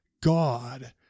God